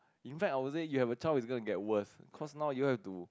in fact I would say you have a child it's going to get worse cause now you all have to